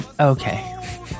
Okay